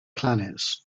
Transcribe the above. planets